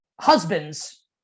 husbands